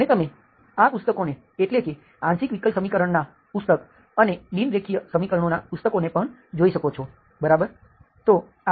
અને તમે આ પુસ્તકોને એટલે કે આંશિક વિકલ સમીકરણના પુસ્તક અને બિનરેખીય સમીકરણોના પુસ્તકોને પણ જોઈ શકો છો બરાબર